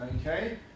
okay